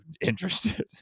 interested